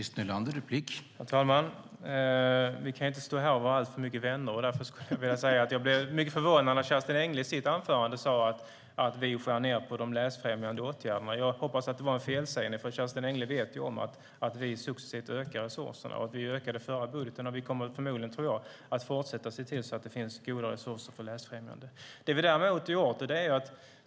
Herr talman! Vi kan inte stå här och vara alltför mycket vänner. Därför blev jag mycket förvånad när Kerstin Engle i sitt anförande sade att vi skär ned på de läsfrämjande åtgärderna. Jag hoppas att det var en felsägning eftersom Kerstin Engle vet att vi successivt ökar resurserna. Vi ökade dem i den förra budgeten, och vi kommer förmodligen att fortsätta att se till att det finns goda resurser för läsfrämjande.